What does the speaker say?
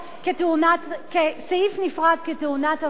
סעיף נפרד כתאונת עבודה,